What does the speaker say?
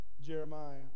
Jeremiah